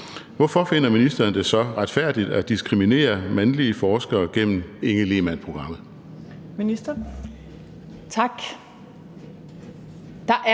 hvorfor finder ministeren det så retfærdigt at diskriminere mandlige forskere gennem »Inge Lehmann-programmet«?